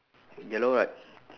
yellow right